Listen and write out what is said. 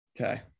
okay